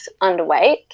underweight